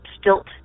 stilt